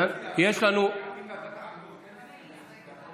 אז בוא נעביר את זה לדיון בוועדה.